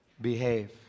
behave